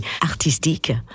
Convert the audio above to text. artistique